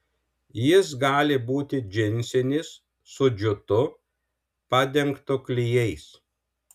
jis gali būti džinsinis su džiutu padengtu klijais